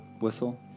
whistle